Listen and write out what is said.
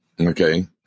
Okay